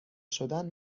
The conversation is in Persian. شدن